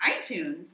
iTunes